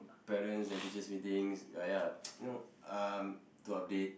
parents and teachers meetings ya ya you know um to update